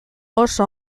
oso